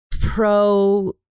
pro